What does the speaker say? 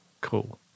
cool